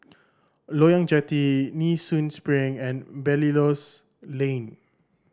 Loyang Jetty Nee Soon Spring and Belilios Lane